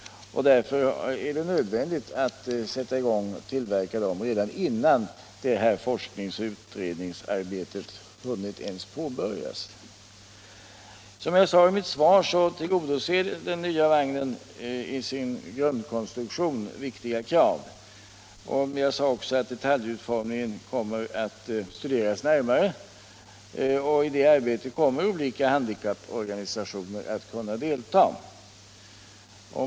Därför är det nödvändigt att sätta i gång med tillverkning av dessa redan innan det nämnda forskningsoch utredningsarbetet ens har hunnit påbörjas. Som jag sade i mitt svar tillgodoser den nya vagnen i sin grundkonstruktion viktiga krav. Jag sade också att detaljutformningen kommer att studeras närmare. I det arbetet kommer olika handikapporganisationer att kunna delta.